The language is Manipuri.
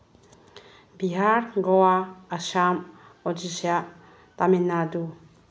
ꯕꯤꯍꯥꯔ ꯒꯣꯋꯥ ꯑꯁꯥꯝ ꯑꯣꯗꯤꯁꯥ ꯇꯥꯃꯤꯜꯅꯥꯗꯨ